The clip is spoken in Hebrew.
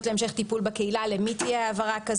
הכפוי, ולכן